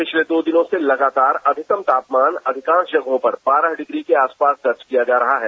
पिछले दो दिनों से लगातार अधिकतम तापमान अधिकांश जगहों पर बारह डिग्री के आसपास दर्ज किया जा रहा है